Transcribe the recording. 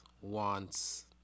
wants